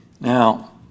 Now